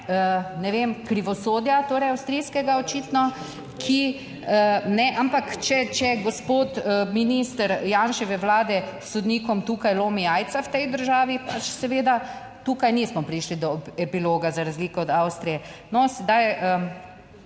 ne vem, krivosodja, torej avstrijskega očitno, ki... Ampak če gospod minister Janševe vlade s sodnikom tukaj lomi jajca v tej državi, pač seveda tukaj nismo prišli do epiloga, za razliko od Avstrije. No, sedaj